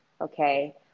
okay